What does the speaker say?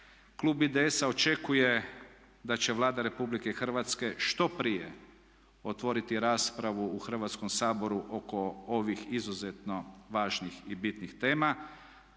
Klub IDS-a očekuje da će Vlada Republike Hrvatske što prije otvoriti raspravu u Hrvatskom saboru oko ovih izuzetno važnih i bitnih tema,